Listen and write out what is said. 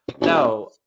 No